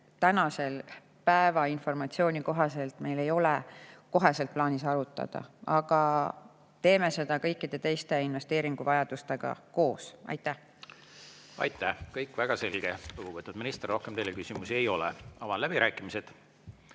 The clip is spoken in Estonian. [praeguse] informatsiooni kohaselt meil kohe ei ole plaanis arutada, aga teeme seda kõikide teiste investeeringuvajadustega koos. Aitäh! Kõik on väga selge. Lugupeetud minister, rohkem teile küsimusi ei ole. Avan läbirääkimised.